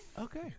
Okay